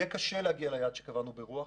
יהיה קשה להגיע ליעד שקבענו ברוח.